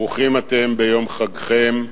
ברוכים אתם ביום חגכם,